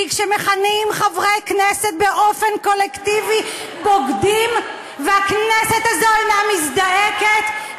כי כשמכנים חברי כנסת באופן קולקטיבי "בוגדים" והכנסת הזאת אינה מזדעקת,